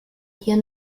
hier